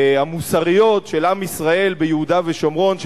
המוסריות של עם ישראל ביהודה ושומרון,